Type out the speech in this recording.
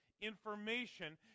information